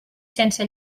sense